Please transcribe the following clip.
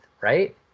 right